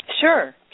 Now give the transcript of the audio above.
Sure